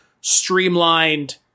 streamlined